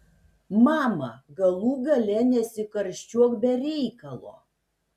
mama galų gale nesikarščiuok be reikalo